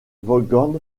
vaughan